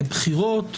לבחירות,